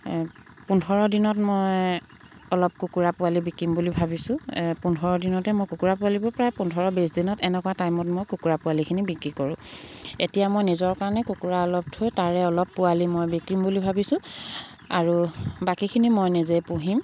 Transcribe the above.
পোন্ধৰ দিনত মই অলপ কুকুৰা পোৱালি বিকিম বুলি ভাবিছোঁ পোন্ধৰ দিনতে মই কুকুৰা পোৱালিবোৰ প্ৰায় পোন্ধৰ বিছ দিনত এনেকুৱা টাইমত মই কুকুৰা পোৱালিখিনি বিক্ৰী কৰোঁ এতিয়া মই নিজৰ কাৰণে কুকুৰা অলপ থৈ তাৰে অলপ পোৱালি মই বিকিম বুলি ভাবিছোঁ আৰু বাকীখিনি মই নিজে পুহিম